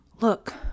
Look